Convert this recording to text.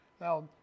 Now